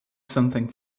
something